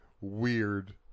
weird